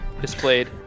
displayed